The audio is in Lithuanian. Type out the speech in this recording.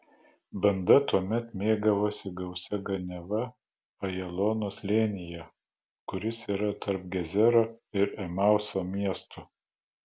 banda tuomet mėgavosi gausia ganiava ajalono slėnyje kuris yra tarp gezero ir emauso miestų